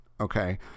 Okay